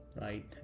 right